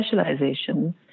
specialization